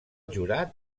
jurat